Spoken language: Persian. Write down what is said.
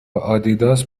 آدیداس